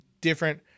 different